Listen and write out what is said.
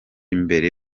imbere